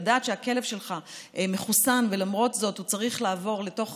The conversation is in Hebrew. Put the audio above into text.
לדעת שהכלב שלך מחוסן ולמרות זאת הוא צריך לעבור לתוך